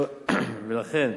ולכן,